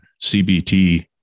CBT